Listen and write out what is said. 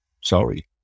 Sorry